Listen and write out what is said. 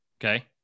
Okay